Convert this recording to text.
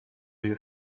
you